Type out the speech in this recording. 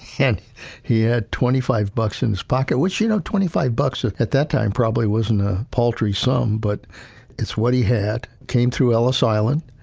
he had twenty five bucks in his pocket, which, you know, twenty five bucks, ah at that time probably wasn't a paltry sum, but it's what he had, came through ellis island,